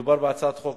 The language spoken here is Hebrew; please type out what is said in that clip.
מדובר בהצעת חוק